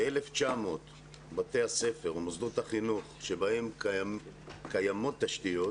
ב-1,900 בתי הספר ומוסדות החינוך בהם קיימות תשתיות,